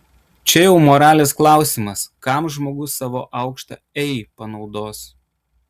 čia jau moralės klausimas kam žmogus savo aukštą ei panaudos